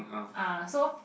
ah so